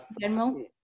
general